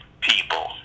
people